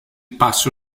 passo